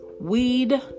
weed